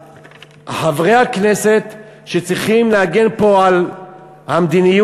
חברי הכנסת, שצריכים להגן פה על המדיניות